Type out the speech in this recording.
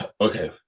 okay